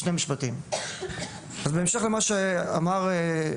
בהמשך למה שנאמר,